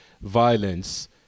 violence